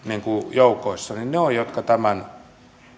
joukoissa ovat niitä jotka tämän